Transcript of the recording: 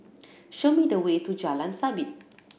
show me the way to Jalan Sabit